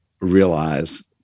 realize